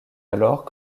alors